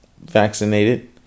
Vaccinated